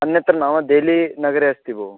अन्यत्र नाम देलीनगरे अस्ति भो